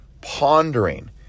pondering